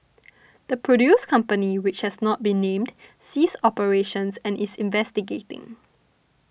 the produce company which has not been named ceased operations and is investigating